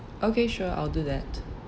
okay sure I'll do that